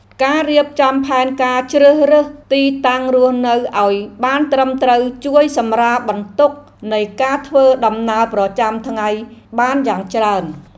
ការរៀបចំផែនការជ្រើសរើសទីតាំងរស់នៅឱ្យបានត្រឹមត្រូវជួយសម្រាលបន្ទុកនៃការធ្វើដំណើរប្រចាំថ្ងៃបានយ៉ាងច្រើន។